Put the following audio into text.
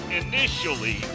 initially